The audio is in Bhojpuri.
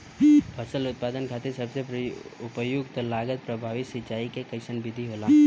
फसल उत्पादन खातिर सबसे उपयुक्त लागत प्रभावी सिंचाई के कइसन विधि होला?